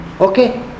Okay